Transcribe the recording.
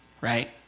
right